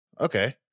okay